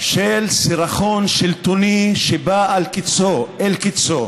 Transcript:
של סירחון שבא אל קיצו.